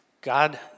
God